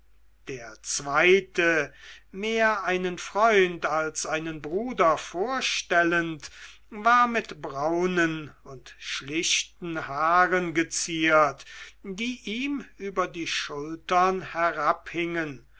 der zweite mehr einen freund als einen bruder vorstellend war mit braunen und schlichten haaren geziert die ihm über die schultern herabhingen